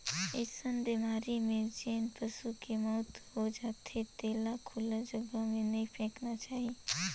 अइसन बेमारी में जेन पसू के मउत हो जाथे तेला खुल्ला जघा में नइ फेकना चाही